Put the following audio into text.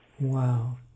Wow